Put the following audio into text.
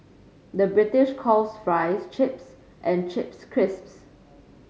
the British calls fries chips and chips crisps